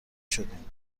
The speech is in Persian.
شدین